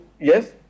yes